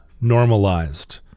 normalized